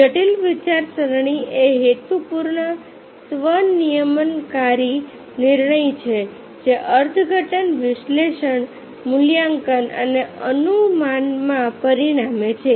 જટિલ વિચારસરણી એ હેતુપૂર્ણ સ્વ નિયમનકારી નિર્ણય છે જે અર્થઘટન વિશ્લેષણ મૂલ્યાંકન અને અનુમાનમાં પરિણમે છે